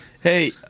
Hey